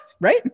Right